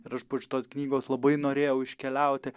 ir aš po šitos knygos labai norėjau iškeliauti